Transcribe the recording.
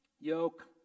yoke